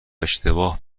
اشتباه